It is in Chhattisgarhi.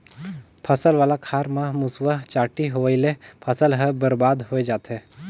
फसल वाला खार म मूसवा, चांटी होवयले फसल हर बरबाद होए जाथे